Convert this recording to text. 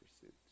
pursuit